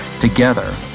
Together